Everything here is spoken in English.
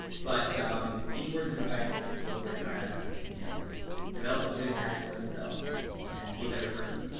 but any words of advice for people who are trying to you know develop a good habit for themselves and be a better person?